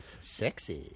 sexy